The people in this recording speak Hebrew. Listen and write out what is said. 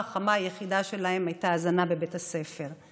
החמה היחידה שלהם הייתה ההזנה בבית הספר.